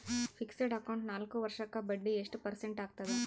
Fixed account ನಾಲ್ಕು ವರ್ಷಕ್ಕ ಬಡ್ಡಿ ಎಷ್ಟು ಪರ್ಸೆಂಟ್ ಆಗ್ತದ?